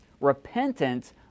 Repentance